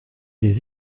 des